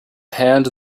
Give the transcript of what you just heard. hand